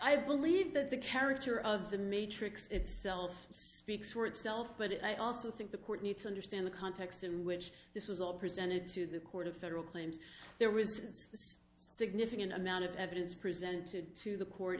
i believe that the character of the matrix itself speaks for itself but i also think the court needs to understand the context in which this was all presented to the court of federal claims their response this significant amount of evidence presented to the court